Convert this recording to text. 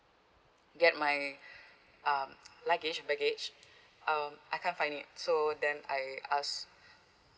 get my um luggage baggage um I can't find it so then I ask